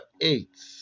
eight